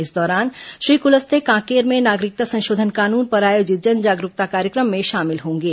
इस दौरान श्री कुलस्ते कांकेर में नागरिकता संशोधन कानून पर आयोजित जन जागरूकता कार्यक्रम में शामिल होंगे